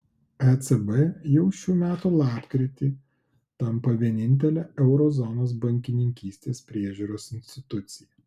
ecb jau šių metų lapkritį tampa vienintele euro zonos bankininkystės priežiūros institucija